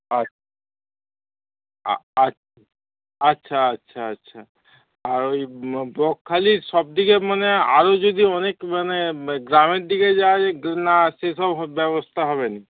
আচ্ছা আআচ্ছা আচ্ছা আচ্ছা আচ্ছা আর ওই বকখালির সব দিকে মানে আরও যদি অনেক মানে গ্রামের দিকে যাওয়া যায় না সেসব ব্যবস্থা হবে না